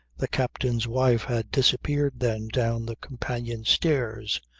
the captain's wife had disappeared then down the companion stairs.